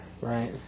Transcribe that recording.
right